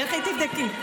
לכי תבדקי.